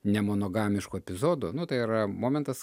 ne monogamišku epizodu nu tai yra momentas